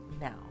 now